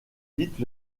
vite